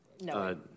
No